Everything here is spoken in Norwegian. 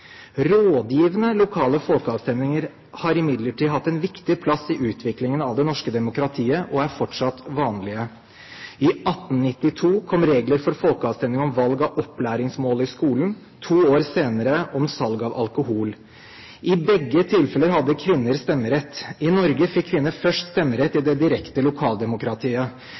Rådgivende lokale folkeavstemninger har imidlertid hatt en viktig plass i utviklingen av det norske demokratiet og er fortsatt vanlige. I 1892 kom regler for folkeavstemning om valg av opplæringsmål i skolen, to år senere om salg av alkohol. I begge tilfeller hadde kvinner stemmerett. I Norge fikk kvinner først stemmerett i det direkte lokaldemokratiet.